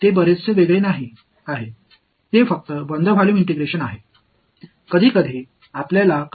அது மிகவும் வித்தியாசமாக இல்லை இது மூடிய தொகுதி V ஐ விட ஒருங்கிணைப்பு மட்டுமே வித்தியாசமாகும்